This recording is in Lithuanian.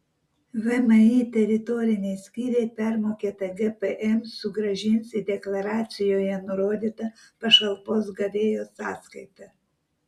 vmi teritoriniai skyriai permokėtą gpm sugrąžins į deklaracijoje nurodytą pašalpos gavėjo sąskaitą